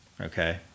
Okay